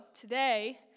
today